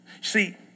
See